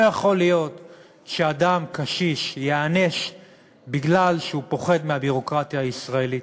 לא יכול להיות שאדם קשיש ייענש מפני שהוא פוחד מהביורוקרטיה הישראלית.